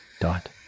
Dot